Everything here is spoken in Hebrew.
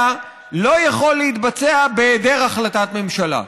לא יכול להתבצע בהיעדר החלטת ממשלה.